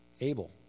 Abel